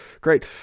great